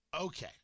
Okay